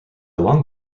long